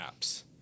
apps